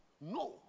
no